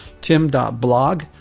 Tim.blog